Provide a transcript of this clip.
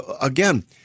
again